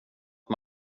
att